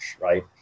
right